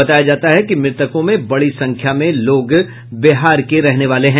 बताया जाता है कि मृतकों में बड़ी संख्या में लोग बिहार के रहने वाले हैं